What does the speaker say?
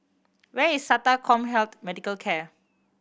where is SATA CommHealth Medical Care